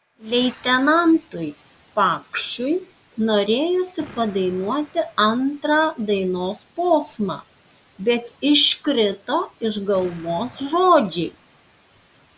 leitenantui pakšiui norėjosi padainuoti antrą dainos posmą bet iškrito iš galvos žodžiai